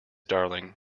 darling